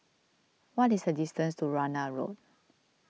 what is the distance to Warna Road